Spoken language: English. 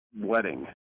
wedding